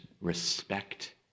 respect